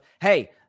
hey